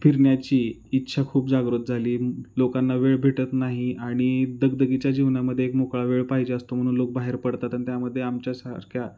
फिरण्याची इच्छा खूप जागृत झाली आहे लोकांना वेळ भेटत नाही आणि दगदगीच्या जीवनामध्ये एक मोकळा वेळ पाहिजे असतो म्हणून लोक बाहेर पडतात आणि त्यामध्ये आमच्यासारख्या